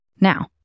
Now